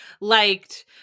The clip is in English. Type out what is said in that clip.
liked